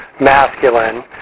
masculine